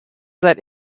that